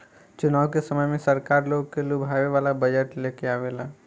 चुनाव के समय में सरकार लोग के लुभावे वाला बजट लेके आवेला